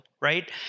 right